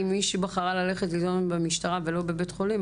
אם מישהי בחרה ללכת להתלונן במשטרה ולא בבית חולים,